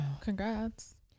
Congrats